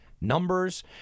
numbers